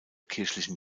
kirchlichen